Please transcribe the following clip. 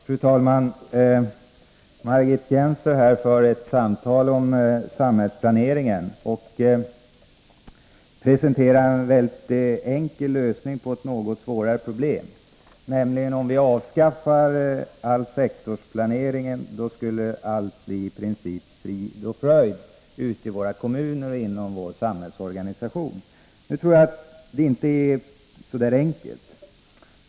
Fru talman! Margit Gennser för ett samtal om samhällsplaneringen och presenterar en mycket enkel lösning på ett svårt problem. Hon säger nämligen att om vi avskaffade all sektorsplanering, då skulle i princip allt bli frid och fröjd ute i kommunerna och inom vår samhällsorganisation. Jag tror emellertid inte att det hela är så enkelt.